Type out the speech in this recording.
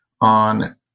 on